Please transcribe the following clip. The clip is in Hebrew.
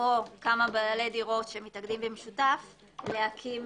או כמה בעלי דירות שמתאגדים במשותף להקים